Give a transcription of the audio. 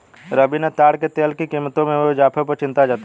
रवि ने ताड़ के तेल की कीमतों में हुए इजाफे पर चिंता जताई